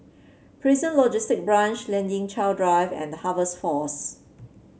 Prison Logistic Branch Lien Ying Chow Drive and The Harvest Force